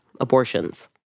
abortions